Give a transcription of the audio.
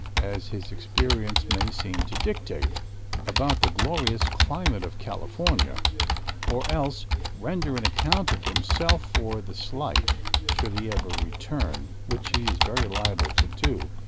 as his experience may seem to dictate about the glorious climate of california or else render an account of himself for the slight, should he ever return, which he is very liable to do.